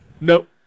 Nope